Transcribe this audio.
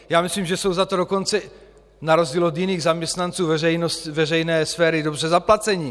Já myslím, že jsou za to dokonce na rozdíl od jiných zaměstnanců veřejné sféry dobře zaplaceni.